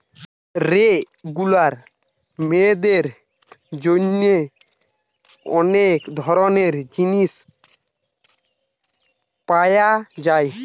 regular মেয়েদের জন্যে অনেক ধরণের জিনিস পায়া যায়